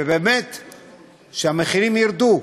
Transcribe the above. והמחירים ירדו.